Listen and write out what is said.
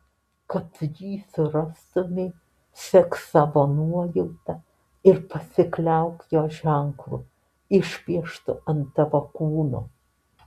kad jį surastumei sek savo nuojauta ir pasikliauk jo ženklu išpieštu ant tavo kūno